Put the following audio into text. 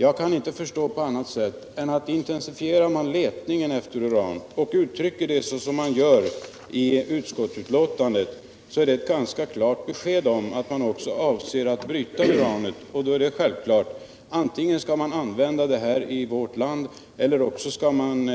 Jag kan inte förstå annat än, att om man intensifierar letningen efter uran och uttrycker sig som man gör i utskottsbetänkandet, innebär detta ett ganska klart besked om att man också avser att bryta uranet. Och då är det självklart: antingen skall man använda det här i vårt land eller också skall man